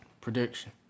prediction